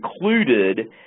included